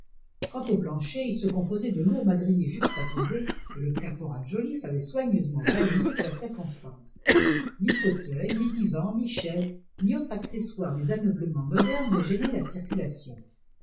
quant au plancher il se composait de lourds madriers juxtaposés que le caporal joliffe avait soigneusement balayés pour la circonstance ni fauteuils ni divans ni chaises ni autres accessoires des ameublements modernes ne gênaient la circulation